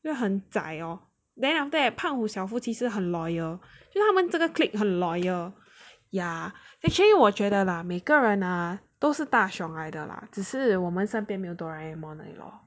就是很 zai lor then after that 胖虎小夫妻是很 loyal 就是他们这个 clique 很 loyal ya actually 我觉得 lah 每个人 ah 都是大雄来的 lah 只是我们身边没有 Doraemon 而已 lor